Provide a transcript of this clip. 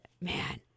man